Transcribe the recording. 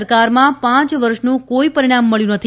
સરકારમાં પાંચ વર્ષનું કોઇ પરિણામ મળ્યું નથી